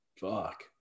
Fuck